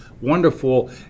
wonderful